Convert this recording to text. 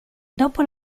dopo